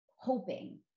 hoping